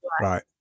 Right